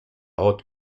haute